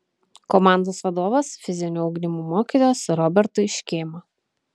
komandos vadovas fizinio ugdymo mokytojas robertui škėma